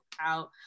out